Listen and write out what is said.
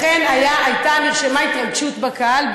לכן נרשמה התרגשות בקהל,